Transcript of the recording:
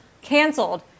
canceled